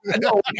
no